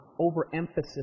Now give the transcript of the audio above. overemphasis